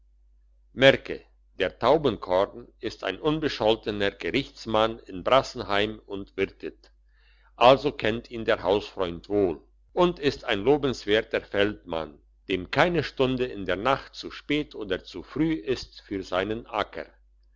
merke der taubenkorn ist ein unbescholtener gerichtsmann in brassenheim und wirtet also kennt ihn der hausfreund wohl und ist ein lobenswerter feldmann dem keine stunde in der nacht zu spät oder zu früh ist für seinen acker